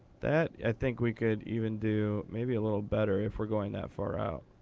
that, i think we could even do maybe a little better if we're going that far out.